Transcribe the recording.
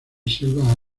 selvas